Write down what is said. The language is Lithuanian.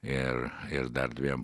ir ir dar dviem